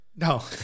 No